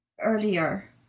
earlier